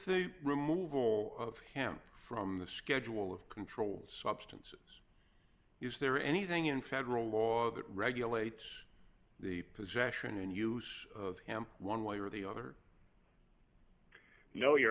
removal of him from the schedule of controlled substances is there anything in federal law that regulates the possession and use of him one way or the other no your